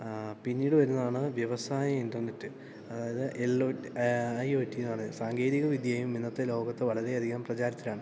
പിന്നീട് വരുന്നതാണ് വ്യവസായ ഇൻറ്റർനെറ്റ് അതായത് L O I O T എന്ന് പറയുന്ന സാങ്കേതികവിദ്യയും ഇന്നത്തെ ലോകത്തെ വളരെയധികം പ്രചാരത്തിലാണ്